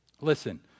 Listen